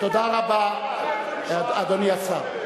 תודה רבה, אדוני השר.